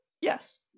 Yes